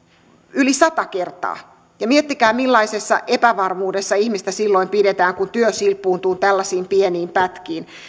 yli sata kertaa miettikää millaisessa epävarmuudessa ihmistä silloin pidetään kun työ silppuuntuu tällaisiin pieniin pätkiin